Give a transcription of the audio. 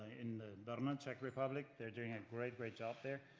in but um and czech republic, they're doing a great great job there.